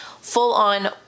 full-on